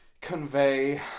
convey